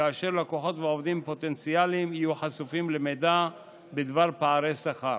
כאשר לקוחות ועובדים פוטנציאליים יהיו חשופים למידע בדבר פערי השכר.